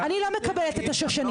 אני לא מקבלת את השושנים.